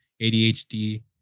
ADHD